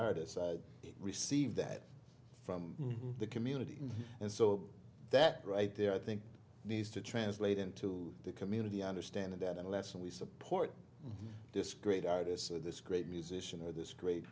artist receive that from the community and so that right there i think needs to translate into the community understand that unless we support this great artists this great musician or this great